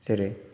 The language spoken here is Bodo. जेरै